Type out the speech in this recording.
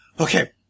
okay